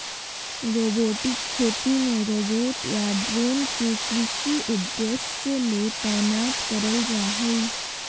robotic खेती मे robot या ड्रोन के कृषि उद्देश्य ले तैनात करल जा हई